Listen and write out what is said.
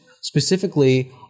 specifically